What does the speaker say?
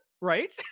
Right